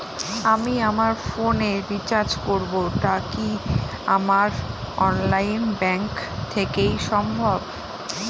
আমি আমার ফোন এ রিচার্জ করব টা কি আমার অনলাইন ব্যাংক থেকেই সম্ভব?